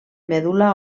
medul·la